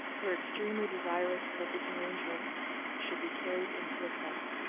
were extremely desirous that this arrangement should be carried into effect.